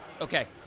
Okay